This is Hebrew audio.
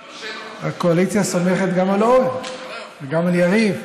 הקואליציה סומכת גם על אורן וגם על יריב.